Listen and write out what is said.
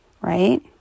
Right